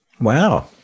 Wow